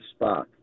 Spock